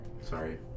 Sorry